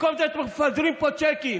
במקום זה, אתם מפזרים פה צ'קים.